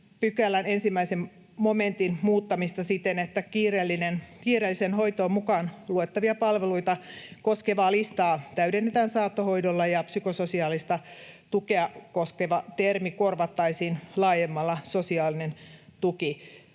6 luvun 50 §:n 1 momentin muuttamista siten, että kiireelliseen hoitoon mukaan luettavia palveluita koskevaa listaa täydennetään saattohoidolla ja psykososiaalista tukea koskeva termi korvattaisiin laajemmalla sosiaalinen tuki